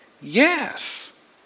Yes